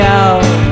out